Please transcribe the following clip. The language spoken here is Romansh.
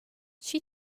chi